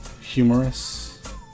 humorous